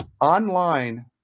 online